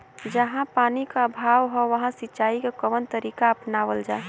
जहाँ पानी क अभाव ह वहां सिंचाई क कवन तरीका अपनावल जा?